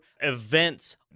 events